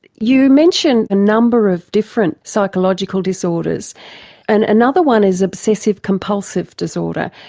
you mention a number of different psychological disorders and another one is obsessive compulsive disorder.